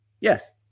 Yes